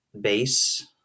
base